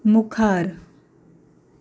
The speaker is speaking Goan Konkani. मुखार